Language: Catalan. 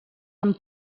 amb